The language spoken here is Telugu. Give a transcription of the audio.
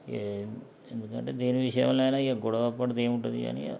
ఏం ఎందుకంటే దేని విషయంలో అయినా ఇక గొడవ పడితే ఏం ఉంటుంది కానీ